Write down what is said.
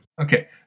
Okay